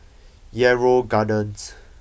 Yarrow Gardens